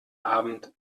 abend